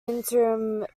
interim